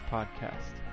Podcast